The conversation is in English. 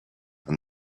and